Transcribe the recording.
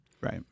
Right